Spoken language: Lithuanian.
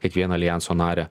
kiekvieną aljanso narę